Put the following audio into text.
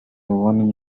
one